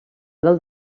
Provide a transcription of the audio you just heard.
del